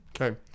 Okay